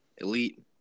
elite